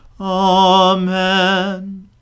Amen